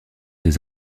des